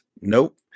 Nope